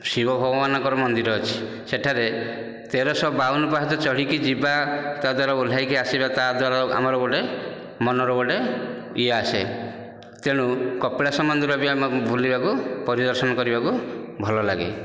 ଶିବ ଭଗବାନଙ୍କର ମନ୍ଦିର ଅଛି ସେଠାରେ ତେରଶହ ବାଉନ ପାହାଚ ଚଢ଼ିକି ଯିବା ତାଦ୍ଵାରା ଓଲ୍ହେଇକି ଆସିବା ତାଦ୍ଵାରା ଆମର ଗୋଟିଏ ମନର ଗୋଟିଏ ଇଏ ଆସେ ତେଣୁ କପିଳାସ ମନ୍ଦିର ବି ଆମେ ବୁଲିବାକୁ ପରିଦର୍ଶନ କରିବାକୁ ଭଲ ଲାଗେ